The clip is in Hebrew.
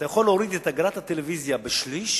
אתה יכול להוריד את אגרת הטלוויזיה בשליש,